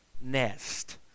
nest